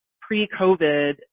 pre-COVID